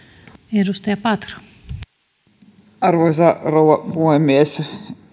arvoisa rouva puhemies